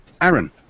Aaron